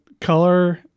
color